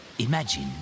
Imagine